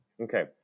Okay